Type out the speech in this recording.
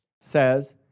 says